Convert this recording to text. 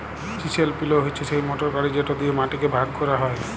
chisel plough হছে সেই motor গাড়ি যেট দিঁয়ে মাটিকে ভাগ ক্যরা হ্যয়